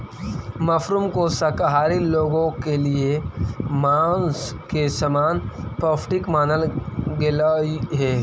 mushroom को शाकाहारी लोगों के लिए मांस के समान पौष्टिक मानल गेलई हे